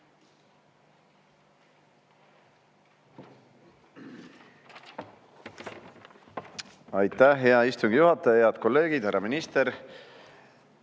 Aitäh, hea istungi juhataja! Head kolleegid! Härra minister!